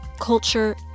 culture